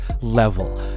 level